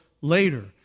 later